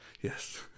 Yes